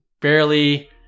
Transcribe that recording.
barely